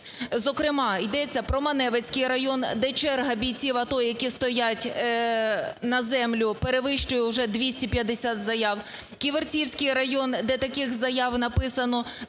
зокрема йдеться про Маневицький район, де черга бійців АТО, які стоять на землю, перевищує уже 250 заяв; Ківерцівський район, де таких заяв написано